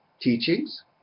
teachings